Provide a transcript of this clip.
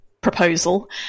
proposal